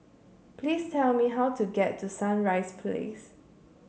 please tell me how to get to Sunrise Place